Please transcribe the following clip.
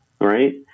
Right